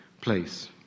place